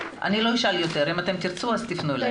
אני לא אשאל יותר, אם תרצו תפנו אליי.